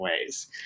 ways